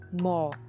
more